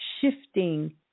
shifting